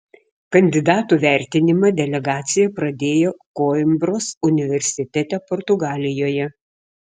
kandidatų vertinimą delegacija pradėjo koimbros universitete portugalijoje